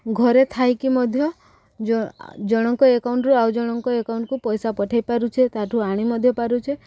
ଘରେ ଥାଇକି ମଧ୍ୟ ଜଣଙ୍କ ଏକାଉଉଣ୍ଟରୁ ଆଉ ଜଣଙ୍କ ଏକାଉଣ୍ଟକୁ ପଇସା ପଠେଇ ପାରୁଛେ ତା'ଠୁ ଆଣି ମଧ୍ୟ ପାରୁଛେ